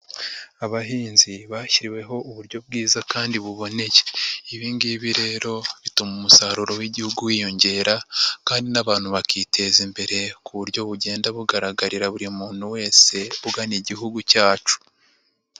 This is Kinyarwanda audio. Abahinzi bashyiriweho uburyo bwiza kandi buboneye. Ibi ngibi rero bituma umusaruro w'igihugu wiyongera kandi n'abantu bakiteza imbere ku buryo bugenda bugaragarira buri muntu wese ugana igihugu cyacu.